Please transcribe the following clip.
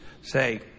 say